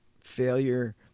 failure